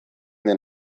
den